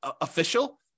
official